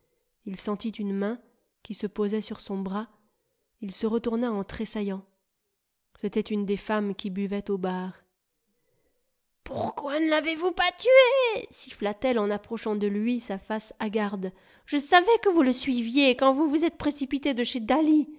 il sentit une main qui se posait sur son bras il se retourna en tressaillant c'était une des femmes qui buvaient au bar pourquoi ne lavez vous pas tué p siffla t elle en approchant de lui sa face hagarde je savais que vous le suiviez quand vous vous êtes précipité de chez daly